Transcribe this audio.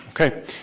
Okay